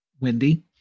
wendy